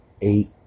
eight